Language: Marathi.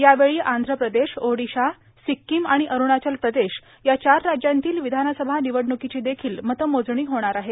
यावेळी आंध्र प्रदेश ओडिशा ासक्कोम आण अरुणाचल प्रदेश या चार राज्यातील विधानसभा विनवडणूकांची देखील मतमोजणी होणार आहे